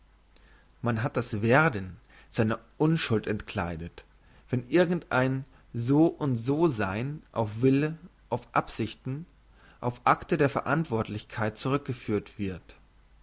man hat das werden seiner unschuld entkleidet wenn irgend ein so und so sein auf wille auf absichten auf akte der verantwortlichkeit zurückgeführt wird